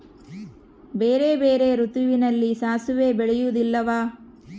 ಬೇರೆ ಬೇರೆ ಋತುವಿನಲ್ಲಿ ಸಾಸಿವೆ ಬೆಳೆಯುವುದಿಲ್ಲವಾ?